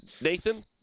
Nathan